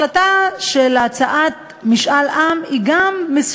וצריך לומר שבאמת היה מרומם את הנפש לשמוע גם איך מדינה דמוקרטית,